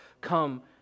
come